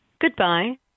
Goodbye